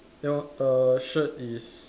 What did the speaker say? ya err shirt is